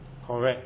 correct